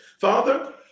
Father